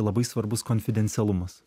labai svarbus konfidencialumas